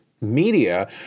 media